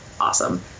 awesome